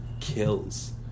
kills